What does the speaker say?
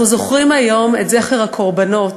אנחנו זוכרים היום את הקורבנות.